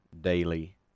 daily